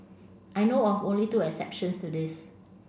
I know of only two exceptions to this